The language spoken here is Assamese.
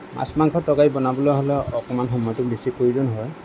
মাছ মাংসৰ তৰকাৰী বনাবলৈ হ'লে অকণমান সময়টো বেছি প্ৰয়োজন হয়